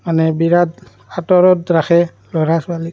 মানে বিৰাট আদৰত ৰাখে ল'ৰা ছোৱালীক